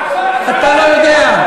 אתה לא יודע.